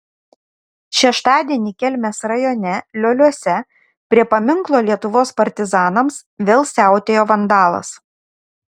šeštadienį kelmės rajone lioliuose prie paminklo lietuvos partizanams vėl siautėjo vandalas